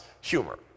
humor